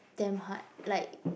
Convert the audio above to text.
damn hard like